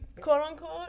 quote-unquote